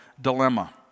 dilemma